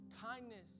kindness